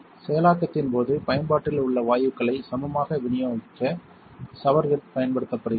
செயலாக்கத்தின் போது பயன்பாட்டில் உள்ள வாயுக்களை சமமாக விநியோகிக்க ஷவர்ஹெட் பயன்படுத்தப்படுகிறது